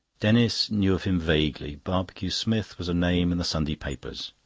denis knew of him vaguely. barbecue-smith was a name in the sunday papers.